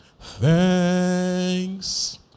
thanks